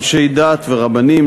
אנשי דת ורבנים,